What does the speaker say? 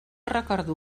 recordo